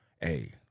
Hey